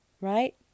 right